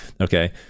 okay